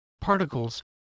particles